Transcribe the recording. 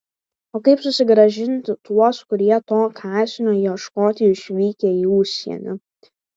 o kaip susigrąžinti tuos kurie to kąsnio ieškoti išvykę į užsienį